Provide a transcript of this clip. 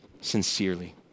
sincerely